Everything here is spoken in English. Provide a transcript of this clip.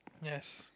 yes